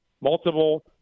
Multiple